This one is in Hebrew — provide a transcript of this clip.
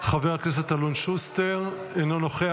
חבר הכנסת אלון שוסטר, אינו נוכח.